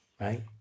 Right